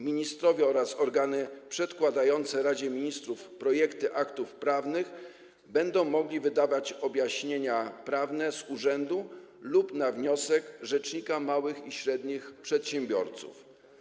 Ministrowie oraz organy przedkładające Radzie Ministrów projekty aktów prawnych będą mogli wydawać objaśnienia prawne z urzędu lub na wniosek rzecznika małych i średnich przedsiębiorców.